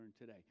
today